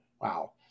Wow